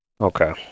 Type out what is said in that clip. Okay